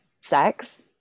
sex